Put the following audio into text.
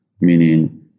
meaning